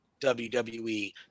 WWE